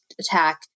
attack